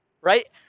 right